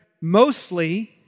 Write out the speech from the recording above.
mostly